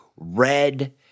red